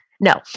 no